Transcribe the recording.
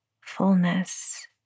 fullness